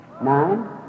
Nine